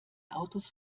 autos